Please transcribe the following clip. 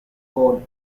coal